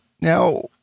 Now